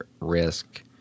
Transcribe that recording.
risk